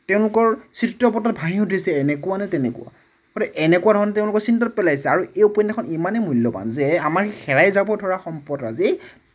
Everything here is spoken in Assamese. তেওঁলোকৰ চিত্ৰপটত ভাহি উঠিছে এনেকুৱা নে তেনেকুৱা গতিকে এনেকুৱা ধৰণৰ তেওঁলোকৰ চিন্তাত পেলাইছে আৰু এই উপন্য়াসখন ইমানেই মূল্য়ৱান যে আমাৰ হেৰাই যাব ধৰা সম্পদৰাজি